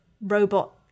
robot